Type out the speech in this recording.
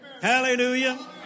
Hallelujah